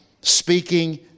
speaking